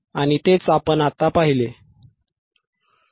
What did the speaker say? आणि तेच आपण आत्ता पाहिले आहे